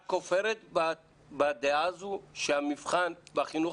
את כופרת בדעה הזאת שהמבחן בחינוך